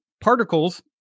particles